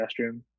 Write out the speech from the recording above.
restroom